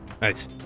Nice